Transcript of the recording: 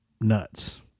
nuts